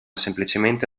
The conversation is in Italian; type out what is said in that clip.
semplicemente